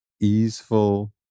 easeful